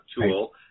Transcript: tool